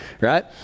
right